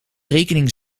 rekening